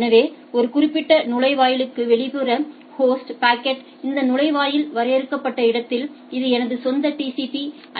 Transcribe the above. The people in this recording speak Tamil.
எனவே ஒரு குறிப்பிட்ட நுழைவாயிலுக்கு வெளிப்புற ஹோஸ்டுயின் பாக்கெட் இந்த நுழைவாயில் வரையறுக்கப்பட்ட இடத்தில் இது எனது சொந்த TCP